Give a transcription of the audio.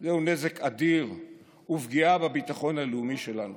הוא נזק אדיר ופגיעה בביטחון הלאומי שלנו.